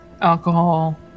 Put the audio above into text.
alcohol